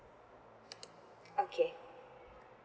okay